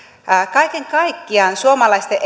kaiken kaikkiaan suomalaisten